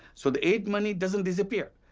so the aid money doesn't disappear,